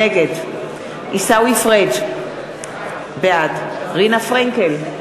נגד עיסאווי פריג' בעד רינה פרנקל,